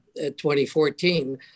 2014